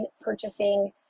purchasing